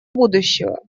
будущего